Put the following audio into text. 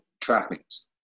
trappings